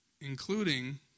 Including